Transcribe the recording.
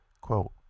Quote